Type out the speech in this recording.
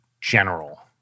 general